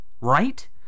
Right